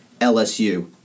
LSU